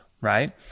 right